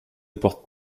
porte